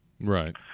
Right